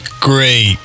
great